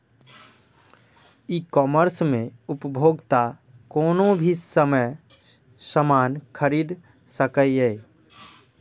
ई commerce मे उपभोक्ता कोनो भी समय सामान खरीद सकैए